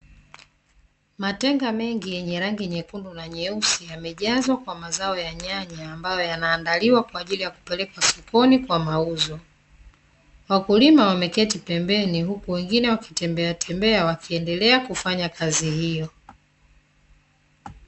Matenga mengi yenye rangi nyekundu na nyeusi yamejazwa kwa mazao ya nyanya, ambayo yanaandaliwa kwa ajili ya kupelekwa sokoni kwa mauzo. Wakulima wameketi pembeni huku wengine wakitembeatembea wakiendelea kufanya kazi hiyo.